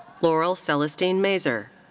laurel celastine mazur.